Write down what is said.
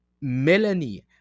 Melanie